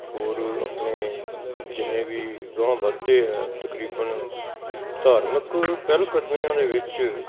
ਹੋਰ ਆਪਣੇ ਜਿੰਨੇ ਵੀ ਅਗਾਂਹ ਵੱਧਦੇ ਹੈ ਤਕਰੀਬਨ ਧਾਰਮਿਕ ਪਹਿਲਕਦਮੀਆਂ ਦੇ ਵਿੱਚ